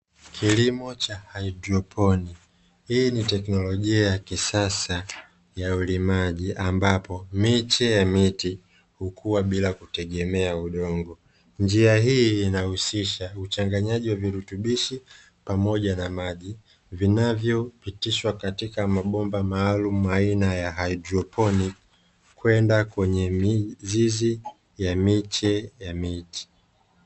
Kilimo cha hydroponi: hii ni teknolojia ya kisasa ya ulimaji ambapo miche ya miti hukua bila ya kutegemea udongo, njia hii inahusisha uchanganyaji wa virutubishi pamoja na maji vinavyopitishwa katika mabomba maalumu aina ya hydroponi kwenda kwenye mizizi ya miche ya miti.